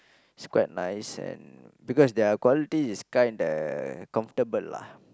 it's quite nice and because their quality is kinda comfortable lah